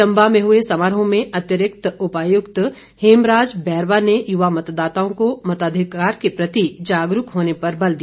चंबा में हुए समारोह में अतिरिक्त उपायुक्त हेमराज बैरवा ने युवा मतदाताओं को मताधिकार के प्रति जागरूक होने पर बल दिया